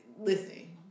Listen